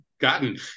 gotten